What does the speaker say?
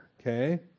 okay